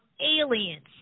aliens